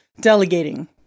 delegating